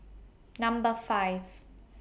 Number five